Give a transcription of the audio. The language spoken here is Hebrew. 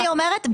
אני אומרת,